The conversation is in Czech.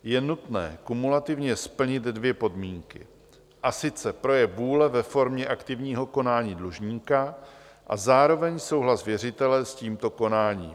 Je nutné kumulativně splnit dvě podmínky, a sice projev vůle ve formě aktivního konání dlužníka a zároveň souhlas věřitele s tímto konáním.